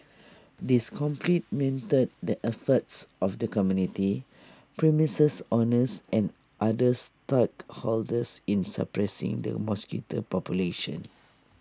this complemented the efforts of the community premises owners and other stakeholders in suppressing the mosquito population